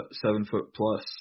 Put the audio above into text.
seven-foot-plus